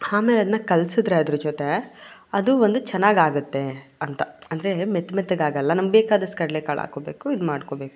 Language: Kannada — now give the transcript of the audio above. ಆಮೇಲೆ ಅದನ್ನು ಕಲಸಿದ್ರೆ ಅದ್ರ ಜೊತೆ ಅದು ಒಂದು ಚೆನ್ನಾಗಾಗುತ್ತೆ ಅಂತ ಅಂದರೆ ಮೆತ್ತ ಮೆತ್ತಗಾಗೋಲ್ಲ ನಮ್ಗೆ ಬೇಕಾದಷ್ಟು ಕಡಲೆಕಾಳು ಹಾಕ್ಕೊಬೇಕು ಇದು ಮಾಡ್ಕೋಬೇಕು